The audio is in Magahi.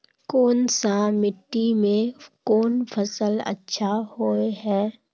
कोन सा मिट्टी में कोन फसल अच्छा होय है?